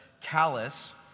callous